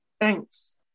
Thanks